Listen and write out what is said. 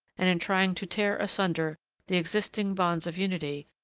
and in trying to tear asunder the existing bonds of unity,